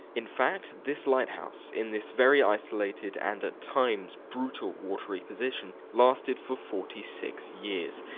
in fact this lighthouse in this very isolated and at times, brutal watery position lasted for forty six years!